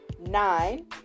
nine